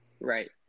Right